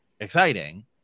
exciting